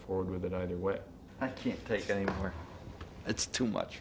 forward with it either way i can't take it anymore it's too much